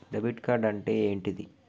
Debit card అంటే ఏంటిది?